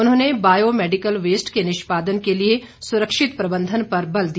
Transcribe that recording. उन्होंने bio medical waste के निष्पादन के लिए सुरक्षित प्रबंधन पर बल दिया